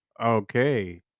Okay